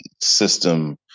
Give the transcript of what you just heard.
system